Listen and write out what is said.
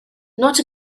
not